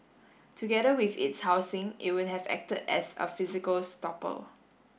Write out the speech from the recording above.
together with its housing it would have acted as a physical stopper